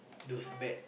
those bad